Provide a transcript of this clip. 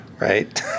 right